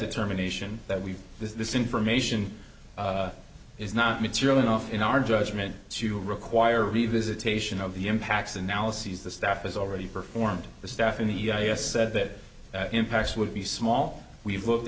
determination that we this information is not material enough in our judgment to require revisitation of the impacts analyses the staff is already performed the staff in the us said that impacts would be small we've looked